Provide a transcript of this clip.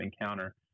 encounter